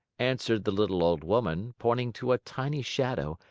answered the little old woman, pointing to a tiny shadow,